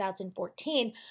2014